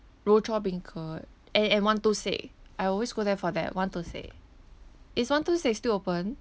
rochor beancurd and and one two six I always go there for that one two six is one two six still open